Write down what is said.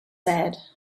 said